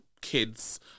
kids